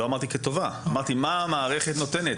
לא אמרתי כטובה אלא מה שהמערכת נותנת.